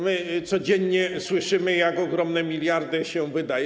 My codziennie słyszymy, jak ogromne miliardy się wydaje.